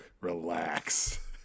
Relax